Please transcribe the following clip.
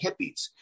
hippies